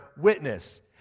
witness